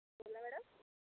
बोला मॅडम